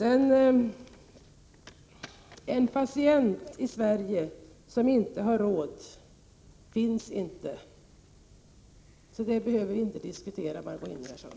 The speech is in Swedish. En patient som inte har råd att ligga på sjukhus finns inte i Sverige, så det behöver vi inte diskutera, Margö Ingvardsson.